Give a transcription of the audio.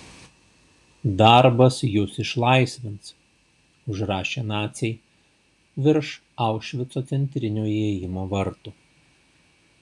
darbas jus išlaisvins užrašė naciai virš aušvico centrinio įėjimo vartų